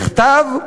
בכתב,